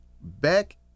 back